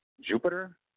Jupiter